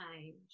change